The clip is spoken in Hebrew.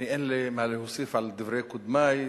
אין לי מה להוסיף על דברי קודמי,